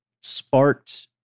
sparked